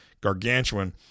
gargantuan